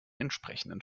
entsprechenden